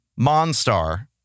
Monstar